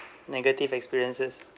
negative experiences